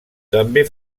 també